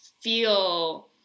feel